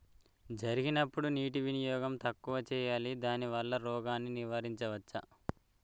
జరిగినప్పుడు నీటి వినియోగం తక్కువ చేయాలి దానివల్ల రోగాన్ని నివారించవచ్చా?